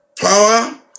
power